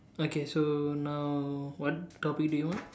okay so now what topic do you want